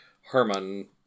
Herman